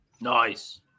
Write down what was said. Nice